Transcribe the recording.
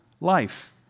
life